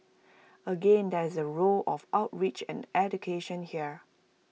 again there is A role of outreach and education here